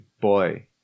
boy